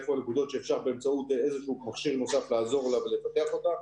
איפה הנקודות שאפשר באמצעות איזשהו מכשיר נוסף לעזור לה ולטפח אותה,